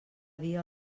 dia